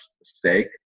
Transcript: mistake